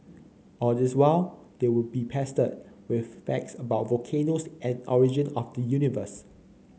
all this while they would be pestered with facts about volcanoes and origin of the universe